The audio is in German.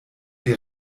die